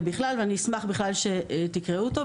ואני אשמח שתקראו אותו.